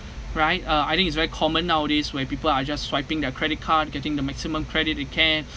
right uh I think it's very common nowadays where people are just swiping their credit card getting the maximum credit they can